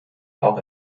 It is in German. auch